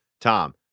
Tom